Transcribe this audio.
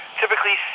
typically